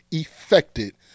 affected